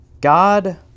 God